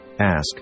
Ask